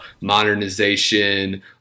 modernization